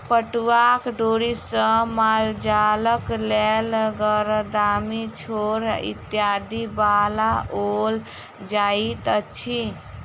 पटुआक डोरी सॅ मालजालक लेल गरदामी, छोड़ इत्यादि बनाओल जाइत अछि